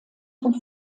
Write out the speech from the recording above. und